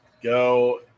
Go